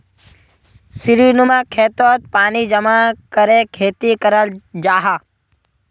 सीढ़ीनुमा खेतोत पानी जमा करे खेती कराल जाहा